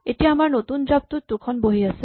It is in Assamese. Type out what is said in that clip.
এতিয়া আমাৰ নতুন জাপটোত দুখন বহী আছে